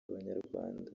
abanyarwanda